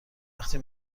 وقتی